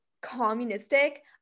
communistic